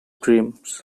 dreams